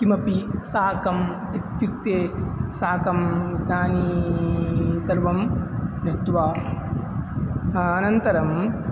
किमपि शाकाम् इत्युक्ते शाकाम् इदानीं सर्वं दृत्वा अनन्तरम्